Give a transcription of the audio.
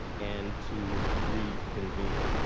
and to reconvene.